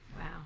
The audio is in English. Wow